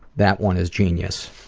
that one is genius.